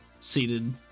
seated